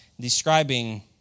describing